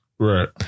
Right